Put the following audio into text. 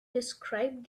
described